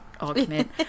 argument